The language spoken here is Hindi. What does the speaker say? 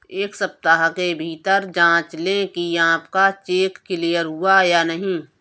एक सप्ताह के भीतर जांच लें कि आपका चेक क्लियर हुआ है या नहीं